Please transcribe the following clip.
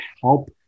help